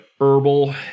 herbal